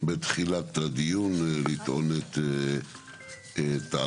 בתחילת הדיון, לטעון את טענותיהם.